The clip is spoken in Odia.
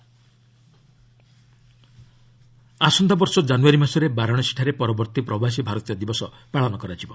ପ୍ରବାସୀ ଦିବସ ଆସନ୍ତା ବର୍ଷ ଜାନୁୟାରୀ ମାସରେ ବାରାଣସୀଠାରେ ପରବର୍ତ୍ତୀ ପ୍ରବାସୀ ଭାରତୀୟ ଦିବସ ପାଳନ କରାଯିବ